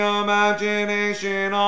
imagination